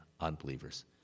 unbelievers